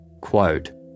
Quote